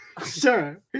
Sure